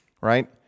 right